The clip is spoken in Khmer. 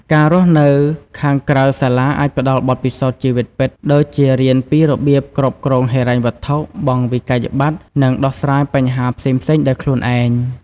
ការរស់នៅខាងក្រៅសាលាអាចផ្តល់បទពិសោធន៍ជីវិតពិត ដូចជារៀនពីរបៀបគ្រប់គ្រងហិរញ្ញវត្ថុ បង់វិក្កយបត្រ និងដោះស្រាយបញ្ហាផ្សេងៗដោយខ្លួនឯង។